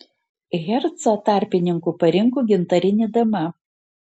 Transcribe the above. hercą tarpininku parinko gintarinė dama